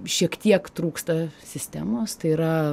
šiek tiek trūksta sistemos tai yra